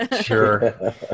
Sure